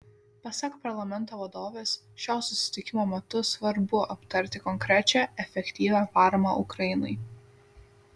pasak parlamento vadovės šio susitikimo metu svarbu aptarti konkrečią efektyvią paramą ukrainai